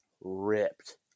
ripped